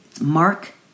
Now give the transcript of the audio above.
Mark